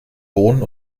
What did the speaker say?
bohnen